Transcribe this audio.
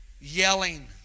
Yelling